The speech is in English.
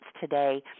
today